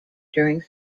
during